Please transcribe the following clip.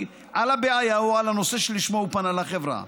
על הבעיה או על הנושא שלשמו הוא פנה לחברה.